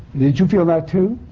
did you feel that too?